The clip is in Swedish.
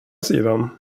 sidan